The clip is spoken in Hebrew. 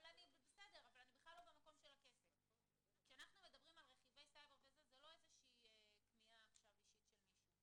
הזמן: כשאנחנו מדברים על רכיבי סייבר זה לא איזה כמיהה אישית של מישהו,